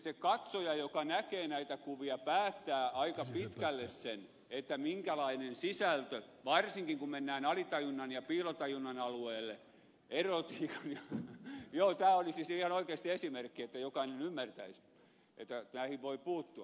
se katsoja joka näkee näitä kuvia päättää aika pitkälle sen minkälainen on sisältö varsinkin kun mennään alitajunnan ja piilotajunnan alueelle erotiikan joo tämä oli siis ihan oikeasti esimerkki että jokainen ymmärtäisi että näihin voi puuttua